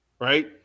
right